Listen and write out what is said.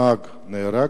נהג נהרג,